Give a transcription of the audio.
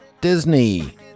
Disney